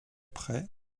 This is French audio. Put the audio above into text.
près